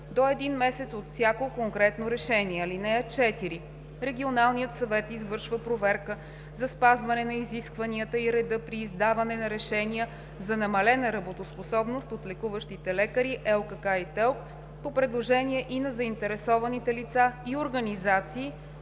до един месец по всяко конкретно решение. (4) Регионалният съвет извършва проверка за спазване на изискванията и реда при издаване на решения за намалена работоспособност от лекуващите лекари, ЛКК и ТЕЛК, по предложение и на заинтересованите лица и организации